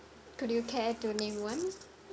could you care to name one